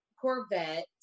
Corvette